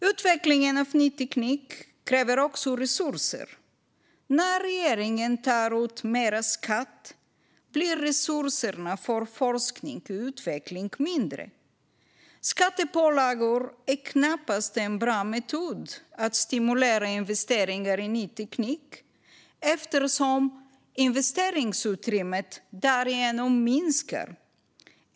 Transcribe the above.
Utvecklingen av ny teknik kräver också resurser. När regeringen tar ut mer skatt blir resurserna för forskning och utveckling mindre. Skattepålagor är knappast en bra metod att stimulera investeringar i ny teknik eftersom investeringsutrymmet därigenom minskar.